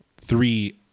Three